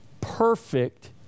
perfect